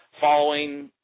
following